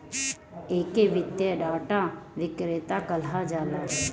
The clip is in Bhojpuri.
एके वित्तीय डाटा विक्रेता कहल जाला